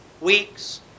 weeks